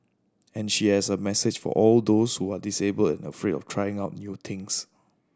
and she has a message for all those who are disabled and afraid of trying out new things